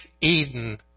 Eden